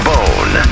Bone